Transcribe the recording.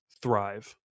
thrive